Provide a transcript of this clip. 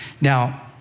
Now